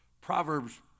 Proverbs